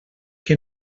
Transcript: que